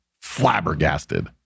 flabbergasted